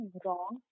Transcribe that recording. wrong